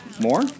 More